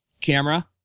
camera